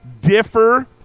differ